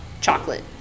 chocolate